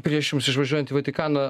prieš jums išvažiuojant į vatikaną